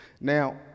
Now